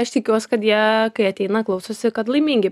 aš tikiuos kad jie kai ateina klausosi kad laimingi